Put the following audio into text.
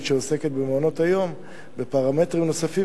שעוסקת במעונות-היום בפרמטרים נוספים,